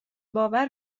باور